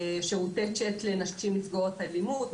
שירותי צ'ט לנשים נפגעות אלימות,